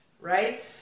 right